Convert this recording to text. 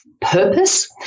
purpose